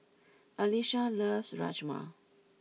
Alysha loves Rajma